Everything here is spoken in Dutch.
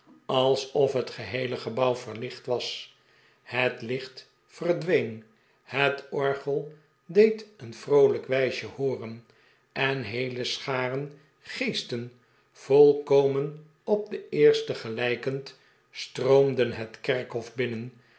alsof het ge heele gebouw verlicht was het licht verdween het orgel deed een vroolijk wijsje hooren en heele scharen geesten volkomen op den eersten gelijkend stroomden het kerkhof binnen